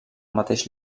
mateix